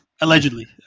allegedly